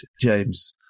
James